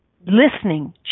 listening